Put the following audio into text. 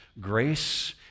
Grace